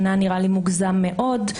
שנה נראה לי מוגזם מאוד.